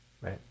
right